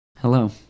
Hello